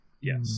Yes